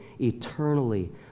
eternally